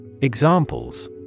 Examples